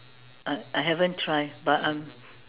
I I haven't try but I'm